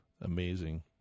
amazing